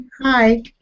Hi